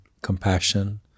compassion